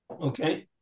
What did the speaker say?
Okay